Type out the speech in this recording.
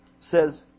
says